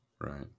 right